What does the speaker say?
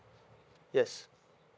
yes